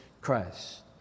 Christ